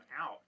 out